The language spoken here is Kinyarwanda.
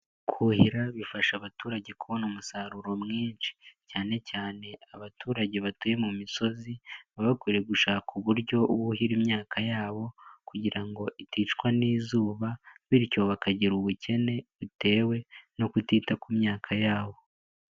Kuhira bifasha abaturage kubona umusaruro mwinshi, cyane cyane abaturage batuye mu misozi babakore gushaka uburyo buhira imyaka yabo kugira ngo iticwa n'izuba, bityo bakagira ubukene bu bitewe no kutita ku myaka yabo.